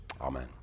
Amen